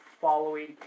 following